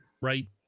right